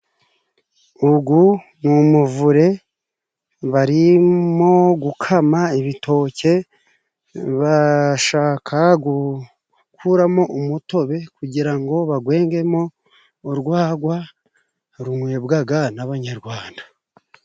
Ugu ni umuvure barimo gukama ibitoke bashaka gukuramo umutobe kugira ngo bagwengemo urwagwa runywebwaga n'abanyarwanda.